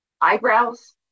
eyebrows